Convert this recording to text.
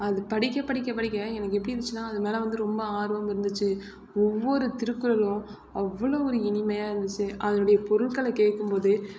அது படிக்க படிக்க படிக்க எனக்கு எப்படிருந்துச்சினா அதுமேல் வந்து ரொம்ப ஆர்வம் இருந்துச்சு ஒவ்வொரு திருக்குறளும் அவ்வளோ ஒரு இனிமையாருந்துச்சு அதனுடைய பொருள்களை கேட்கும்போது